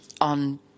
on